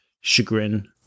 chagrin